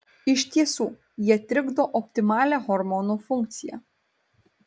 iš tiesų jie trikdo optimalią hormonų funkciją